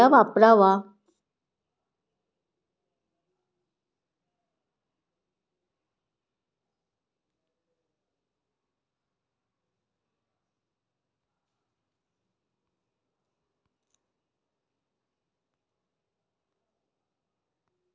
मिरची लागवडीसाठी प्रति एकर किती किलोग्रॅम युरिया वापरावा?